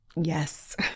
yes